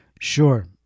Sure